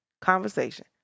conversation